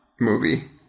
movie